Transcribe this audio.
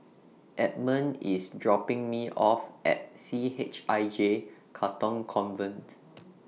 Edmon IS dropping Me off At C H I J Katong Convent